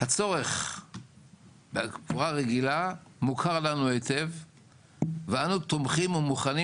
הצורך בקבורה רגילה מוכר לנו היטב ואנו תומכים ומוכנים